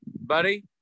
buddy